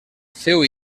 feu